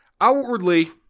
Outwardly